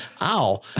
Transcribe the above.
ow